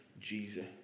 Jesus